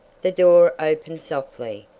the door opened softly.